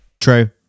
True